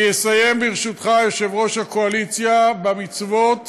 אני אסיים, ברשותך, יושב-ראש הקואליציה, במצוות